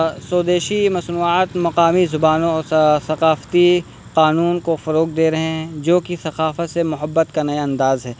سودیشی مصنوعات مقامی زبانوں اور ثقافتی قانون کو فروغ دے رہے ہیں جو کہ ثقافت سے محبت کا نئے انداز ہے